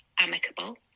amicable